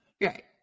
Right